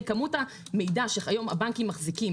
כמות המידע שהיום הבנקים מחזיקים